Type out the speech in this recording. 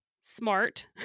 smart